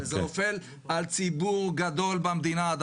וזה נופל על ציבור גדול במדינה.